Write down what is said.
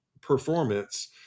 performance